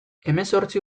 hemezortzi